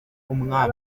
umwami